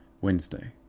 wednesday.